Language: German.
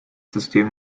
system